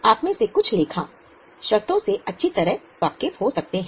आपमें से कुछ लेखा शर्तों से अच्छी तरह वाकिफ हो सकते हैं